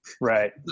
Right